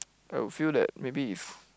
I'll feel that maybe is